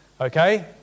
Okay